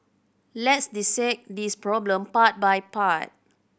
let's dissect this problem part by part